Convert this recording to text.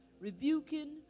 rebuking